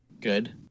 Good